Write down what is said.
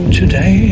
today